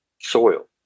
soil